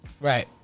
Right